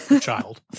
child